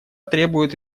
требуют